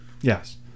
Yes